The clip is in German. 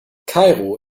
kairo